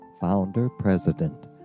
founder-president